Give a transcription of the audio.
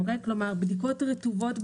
כלומר, בדיקות רטובות במעבדה.